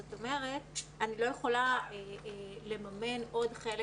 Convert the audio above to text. זאת אומרת, אני לא יכולה לממן עוד חלק